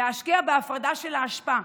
להשקיע בהפרדה של האשפה,